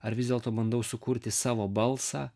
ar vis dėlto bandau sukurti savo balsą